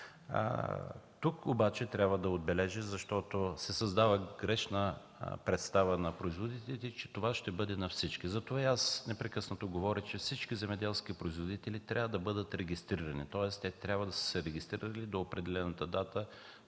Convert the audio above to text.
Тук обаче трябва да отбележа, защото се създава грешна представа сред производителите, че това ще бъде за всички. Затова непрекъснато говоря, че всички земеделски производители трябва да бъдат регистрирани, тоест трябва да са се регистрирали до определената дата